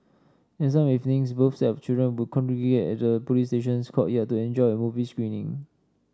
and some evenings both sets of children would congregate at the police station's courtyard to enjoy a movie screening